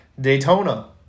Daytona